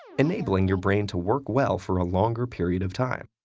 enabling your brain to work well for a longer period of time.